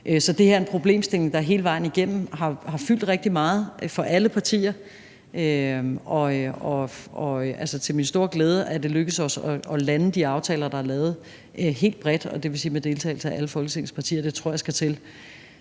Så det her er en problemstilling, der hele vejen igennem har fyldt rigtig meget for alle partier. Til min store glæde er det lykkedes os at lande de aftaler, der er lavet, helt bredt, dvs. med deltagelse af alle Folketingets partier; det tror jeg skal til.